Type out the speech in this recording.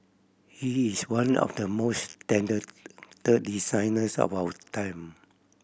he is one of the most talented designers of our time